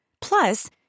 Plus